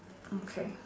okay